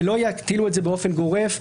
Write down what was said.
ולא יטילו את זה באופן גורף.